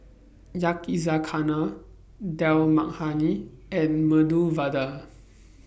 Yakizakana Dal Makhani and Medu Vada